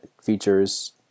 features